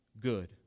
good